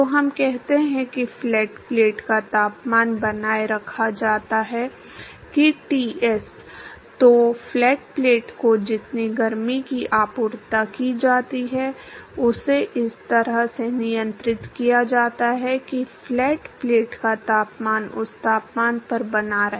तो हम कहते हैं कि फ्लैट प्लेट का तापमान बनाए रखा जाता है कि Ts तो फ्लैट प्लेट को जितनी गर्मी की आपूर्ति की जाती है उसे इस तरह से नियंत्रित किया जाता है कि फ्लैट प्लेट का तापमान उस तापमान पर बना रहे